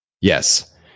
Yes